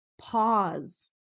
pause